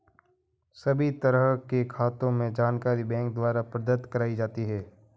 सभी तरह के खातों के जानकारी बैंक के द्वारा प्रदत्त कराई जाती है